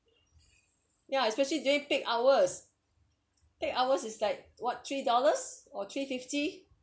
ya especially during peak hours peak hours is like what three dollars or three fifty